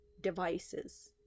devices